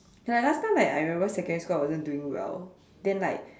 like last time right I remember secondary school I wasn't doing well then like